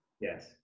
Yes